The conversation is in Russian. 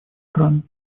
стран